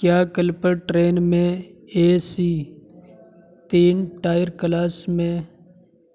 کیا کل پر ٹرین میں اے سی تین ٹائر کلاس میں